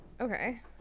Okay